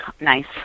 nice